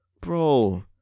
Bro